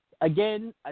again